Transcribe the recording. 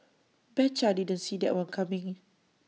betcha didn't see that one coming